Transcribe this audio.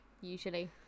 Usually